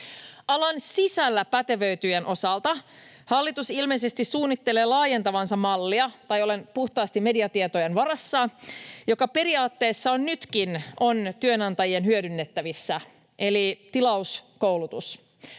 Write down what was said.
Alan sisällä pätevöityneiden osalta hallitus ilmeisesti suunnittelee laajentavansa mallia — tai olen puhtaasti mediatietojen varassa — joka periaatteessa on nytkin työnantajien hyödynnettävissä, eli tilauskoulutus.